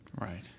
right